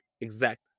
exact